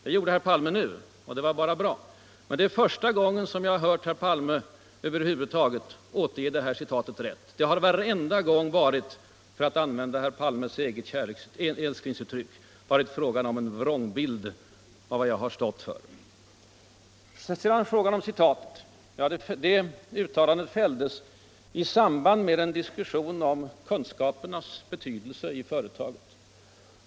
Det gjorde herr Palme nu, och det var bra, men det är första gången som jag har hört herr Palme över huvud taget återge det här citatet riktigt. Tidigare har det varenda gång — för att använda herr Palmes eget älsklingsuttryck — varit fråga om en vrångbild av vad jag har stått för. Sedan till citatet! Uttalandet fälldes i samband med en diskussion om kunskapernas betydelse i företagen.